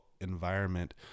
environment